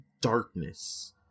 darkness